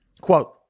Quote